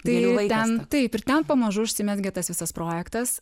tai ten taip ir ten pamažu užsimezgė tas visas projektas